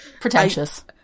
Pretentious